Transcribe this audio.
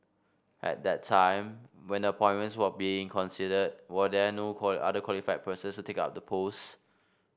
at that time when the appointments were being considered were there no other qualified persons to take up the posts